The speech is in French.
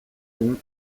bon